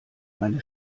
meine